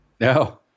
No